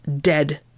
dead